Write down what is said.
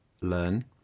learn